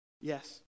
Yes